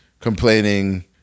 complaining